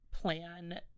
plan